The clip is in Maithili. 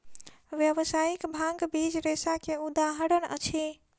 व्यावसायिक भांग बीज रेशा के उदाहरण अछि